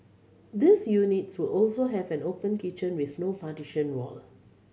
these units will also have an open kitchen with no partition wall